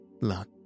luck